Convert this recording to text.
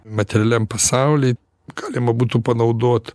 materialiam pasauly galima būtų panaudot